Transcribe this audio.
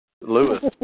Lewis